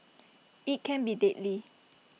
IT can be deadly